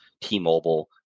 T-Mobile